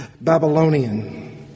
Babylonian